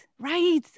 right